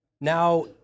Now